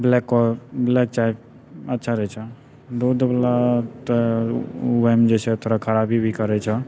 black चाइ अच्छा रहै छऽ दूधवला तऽ ओहिमे जे छै थोड़ा खराबी भी करै छऽ